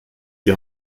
die